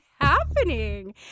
Happening